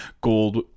Gold